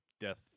death